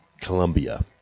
Colombia